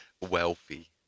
Wealthy